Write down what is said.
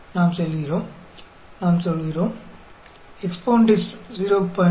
நாம் சொல்கிறோம் நாம் சொல்கிறோம் EXPONDIST 0